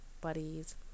buddies